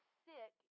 sick